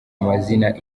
amazina